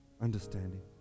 understanding